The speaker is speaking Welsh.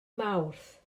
mawrth